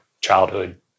childhood